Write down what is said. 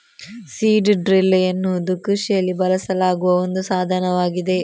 seed drill ಎನ್ನುವುದು ಕೃಷಿಯಲ್ಲಿ ಬಳಸಲಾಗುವ ಒಂದು ಸಾಧನವಾಗಿದೆ